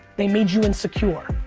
they made you insecure,